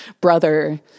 brother